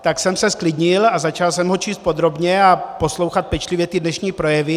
Tak jsem se zklidnil a začal jsem ho číst podrobně a poslouchat pečlivě ty dnešní projevy.